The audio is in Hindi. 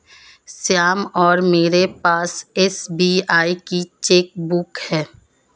श्याम और मेरे पास एस.बी.आई की चैक बुक है